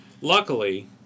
Luckily